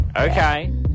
Okay